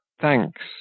Thanks